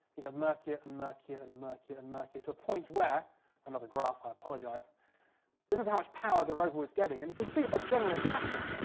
it got murkier and murkier and murkier and murkier, to a point where another graph, i apologise this is how much power the rover was getting. and you can see a general pattern.